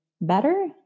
better